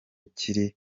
kiri